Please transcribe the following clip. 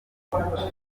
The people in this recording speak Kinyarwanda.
numva